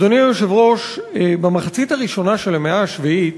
אדוני היושב-ראש, במחצית הראשונה של המאה השביעית,